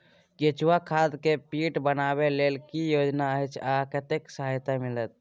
केचुआ खाद के पीट बनाबै लेल की योजना अछि आ कतेक सहायता मिलत?